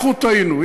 אנחנו טעינו.